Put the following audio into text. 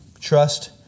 Trust